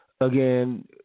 Again